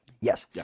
yes